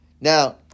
Now